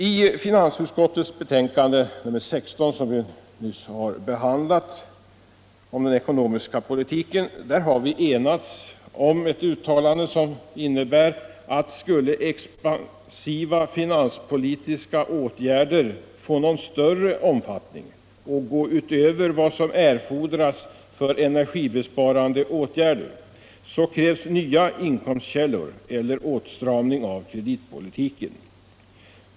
I finansutskottets betänkande nr 16 om den ekonomiska politiken, som vi nyss har behandlat, har vi enats om ett uttalande som innebär att skulle expansiva finanspolitiska åtgärder få någon större omfattning och gå utöver vad som erfordras för energibesparande åtgärder, så krävs nya inkomstkällor eller åtstramning av kreditpolitiken.